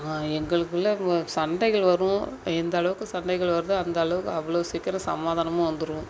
எங்களுக்குள்ளே ம சண்டைகள் வரும் எந்த அளவுக்கு சண்டைகள் வருதோ அந்த அளவுக்கு அவ்வளோ சீக்கிரம் சமாதானமும் வந்துடும்